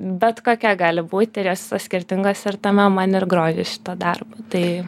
bet kokia gali būt ir jos skirtingos ir tame man ir grožis šito darbo tai